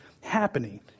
happening